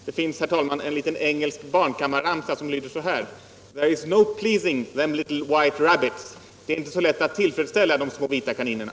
Det finns, herr talman, en liten engelsk barnkammarramsa som lyder så här: There is no pleasing them little white rabbits — det är inte så lätt att tillfredsställa de små vita kaninerna.